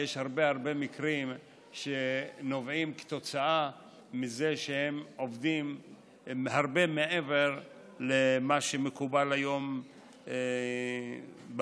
יש הרבה מקרים שנובעים מזה שהם עובדים הרבה מעבר למקובל היום במשק.